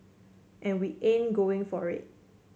and we ain't going for it